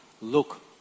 look